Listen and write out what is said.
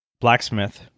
blacksmith